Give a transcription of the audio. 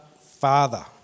Father